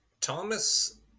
Thomas